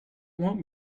want